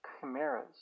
chimeras